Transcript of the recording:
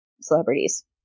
celebrities